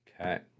Okay